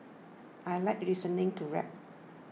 I like listening to rap